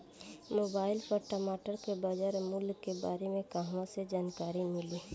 Mobile पर टमाटर के बजार मूल्य के बारे मे कहवा से जानकारी मिली?